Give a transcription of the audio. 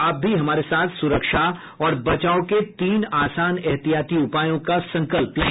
आप भी हमारे साथ सुरक्षा और बचाव के तीन आसान एहतियाती उपायों का संकल्प लें